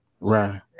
Right